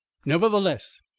nevertheless,